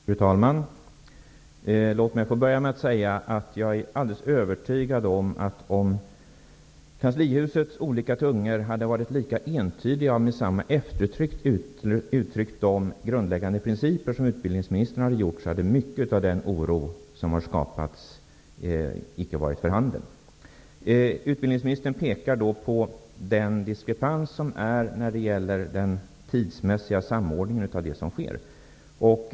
Fru talman! Låt mig få börja med att säga att jag är alldeles övertygad om att om kanslihusets olika tungor hade varit lika entydiga och med samma eftertryck uttryckt de grundläggande principer som utbildningsministern har gjort, hade mycket av den oro som har skapats icke varit för handen. Utbildningsministern pekar på den diskrepans som råder när det gäller den tidsmässiga samordningen av det som sker.